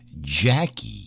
Jackie